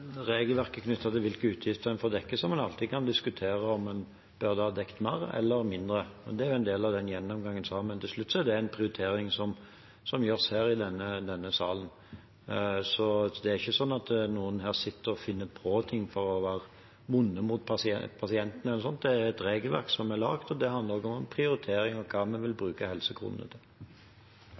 regelverket knyttet til hvilke utgifter en får dekket, der en alltids kan diskutere om en burde dekket mer eller mindre. Det er en del av den gjennomgangen vi har, men til slutt er det en prioritering som gjøres her i denne salen. Det er ikke sånn at noen sitter og finner på ting for å være vonde mot pasientene, det er laget et regelverk, og det handler også om prioritering og hva vi vil bruke helsekronene til.